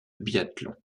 biathlon